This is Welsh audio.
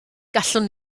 gallwn